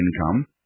income